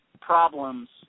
problems